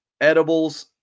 edibles